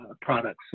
products